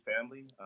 family